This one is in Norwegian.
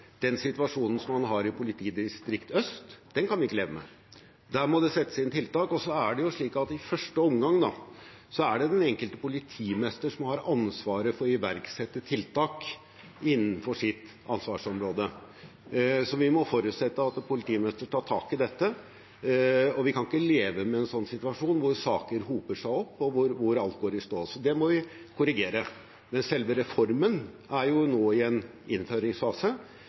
den situasjonen man har i Øst politidistrikt, kan vi ikke leve med. Der må det settes inn tiltak. Og det er i første omgang den enkelte politimester som har ansvaret for å iverksette tiltak innenfor sitt ansvarsområde, så vi må forutsette at politimesteren tar tak i dette. Vi kan ikke leve med en situasjon hvor saker hoper seg opp, og hvor alt går i stå, så det må vi korrigere. Men selve reformen er nå i en innføringsfase,